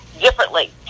differently